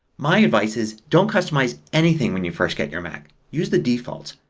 my advice is don't customize anything when you first get your mac. use the defaults.